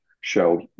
show